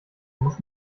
muss